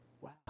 Wow